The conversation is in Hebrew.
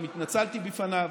גם התנצלתי בפניו,